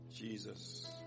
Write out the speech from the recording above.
Jesus